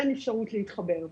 אין אפשרות להתחבר.